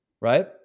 right